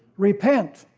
repent,